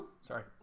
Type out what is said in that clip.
Sorry